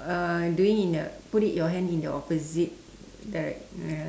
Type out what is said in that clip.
uh doing in a put it your hand in the opposite direc~ ya